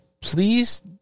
please